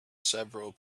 several